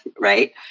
Right